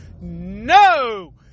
no